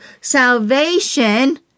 salvation